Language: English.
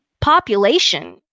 population